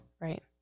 Right